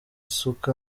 isuka